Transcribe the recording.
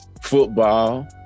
Football